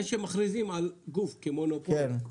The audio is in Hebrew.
זה שמכריזים על גוף כמונופול,